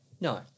No